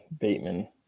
Bateman